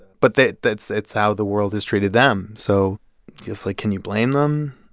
but they that's it's how the world has treated them. so it's like, can you blame them?